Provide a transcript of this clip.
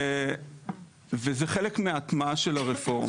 וזה חלק מההטמעה של הרפורמה.